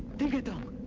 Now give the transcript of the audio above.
dingadong,